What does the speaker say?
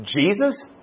Jesus